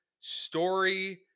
story